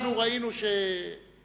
אנחנו ראינו שבית-פרומין,